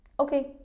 Okay